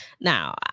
Now